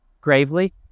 gravely